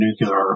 Nuclear